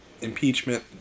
impeachment